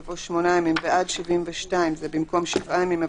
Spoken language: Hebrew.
יבוא: "8 ימים" ועד 72. במקום: "7 ימים",